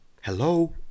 Hello